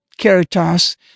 Caritas